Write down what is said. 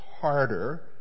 harder